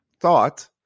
thought